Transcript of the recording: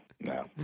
no